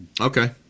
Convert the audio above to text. Okay